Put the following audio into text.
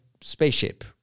spaceship